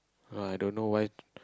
i don't know why